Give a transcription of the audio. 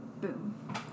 Boom